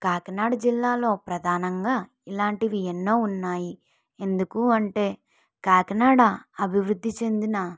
కాకినాడ జిల్లాలో ప్రధానంగా ఇలాంటివి ఎన్నో ఉన్నాయి ఎందుకంటే కాకినాడ అభివృద్ధి చెందిన